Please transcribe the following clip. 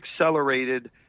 accelerated